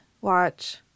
watch